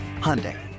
Hyundai